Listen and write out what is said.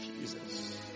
Jesus